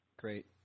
Great